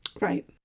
Right